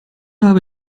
habe